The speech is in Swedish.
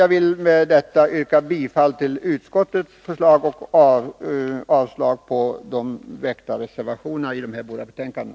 Jag vill med detta yrka bifall till utskottets förslag och avslag på reservationerna i de båda betänkandena.